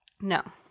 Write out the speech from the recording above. No